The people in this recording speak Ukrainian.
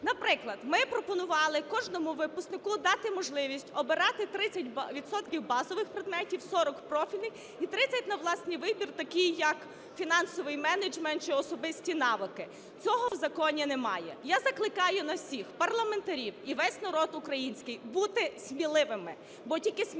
Наприклад, ми пропонували кожному випускнику дати можливість обирати 30 відсотків базових предметів, 40 – профільних і 30 - на власний вибір, такі як фінансовий менеджмент чи особисті навики. Цього в законі немає. Я закликаю нас всіх, парламентарів і весь народ український, бути сміливими, бо тільки сміливці